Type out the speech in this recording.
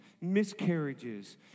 miscarriages